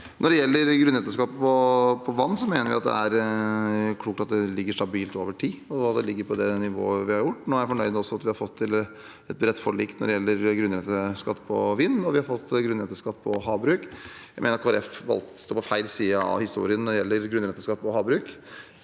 Når det gjelder grunnrenteskatten på vann, mener vi at det er klokt at det ligger stabilt over tid, og at det ligger på det nivået det har gjort. Nå er jeg fornøyd med at vi har fått til et bredt forlik når det gjelder grunnrenteskatt på vind, og vi har fått grunnrenteskatt på havbruk. Kristelig Folkeparti valgte å stå på feil side av historien når det gjelder grunnrenteskatt på havbruk.